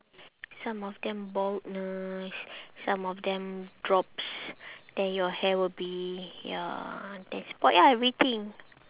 some of them baldness some of them drops then your hair will be ya then spoilt ah everything